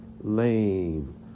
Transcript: lame